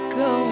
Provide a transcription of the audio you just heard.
go